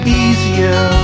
easier